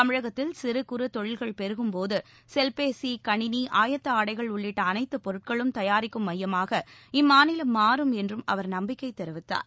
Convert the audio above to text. தமிழகத்தில் சிறு குறு தொழில்கள் பெருகும் போது செல்பேசி கணிணி ஆயத்த ஆடைகள் உள்ளிட்ட அனைத்து பொருட்களும் தயாரிக்கும் மையமாக இம்மாநிலம் மாறும் என்றும் அவர் நம்பிக்கை தெரிவித்தார்